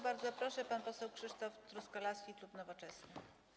Bardzo proszę, pan poseł Krzysztof Truskolaski, klub Nowoczesna.